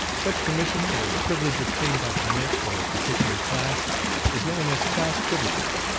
such permission or privilege obtained by permit for a particular class is known as class privileges,